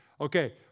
Okay